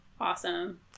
awesome